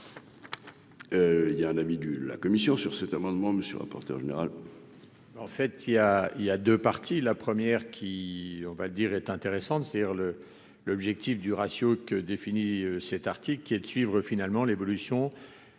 Il y a un ami du la commission sur cet amendement, monsieur le rapporteur général. En fait, il a, il y a 2 parties : la première, qui on va dire, est intéressante c'est-à-dire le l'objectif du ratio que défini cet article qui est de suivre finalement l'évolution